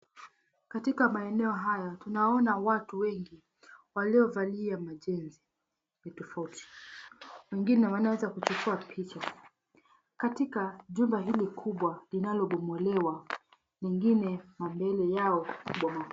Katika maeneo haya tunaona watu wengi waliovalia majezi tofauti. Wengine wanaweza kuchukua picha katika jumba hili kubwa linalobomolewa mengine mabele yao kubomoka.